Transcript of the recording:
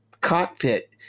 cockpit